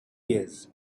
years